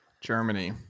Germany